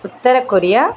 Uttara Korea